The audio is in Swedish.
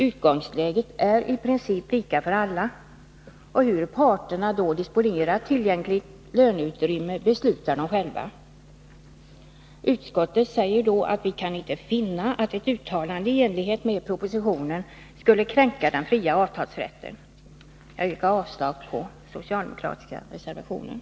Utgångsläget är då i princip lika för alla, och hur parterna disponerar tillgängligt löneutrymme beslutar de själva om. Vi säger från utskottsmajoriteten att vi inte kan finna att ett uttalande i enlighet med propositionen skulle kränka den fria avtalsrätten. Jag yrkar avslag på den socialdemokratiska reservationen.